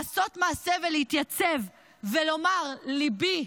לעשות מעשה, להתייצב ולומר: ליבי,